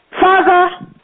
Father